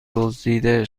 دزدیده